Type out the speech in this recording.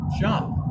shop